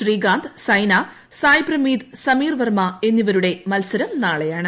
ശ്രീകാന്ത് സൈനാ സായ് പ്രമീത് സമീർ വർമ്മ എന്നിവരുടെ മത്സരം നാളെയാണ്